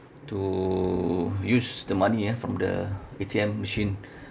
to use the money ah from the A_T_M machine